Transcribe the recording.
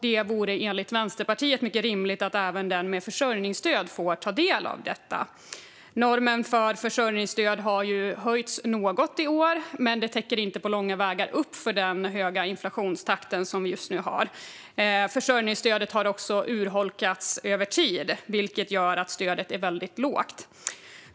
Det vore enligt Vänsterpartiet mycket rimligt att även de med försörjningsstöd får ta del av detta. Normen för försörjningsstöd har höjts något i år, men det täcker inte på långa vägar upp för den höga inflationstakt som vi just nu har. Försörjningsstödet har också urholkats över tid, vilket gör att stödet är väldigt lågt.